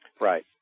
Right